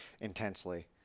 intensely